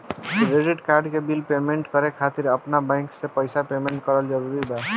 Credit card के bill payment करे खातिर आपन बैंक से पईसा पेमेंट करल जरूरी बा?